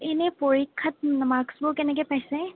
এনে পৰীক্ষাত মাৰ্কছবোৰ কেনেকৈ পাইছে